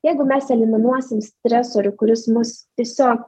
jeigu mes eliminuosim stresorių kuris mus tiesiog